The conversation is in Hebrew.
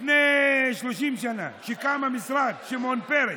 לפני 30 שנה, כשקם המשרד, שמעון פרס,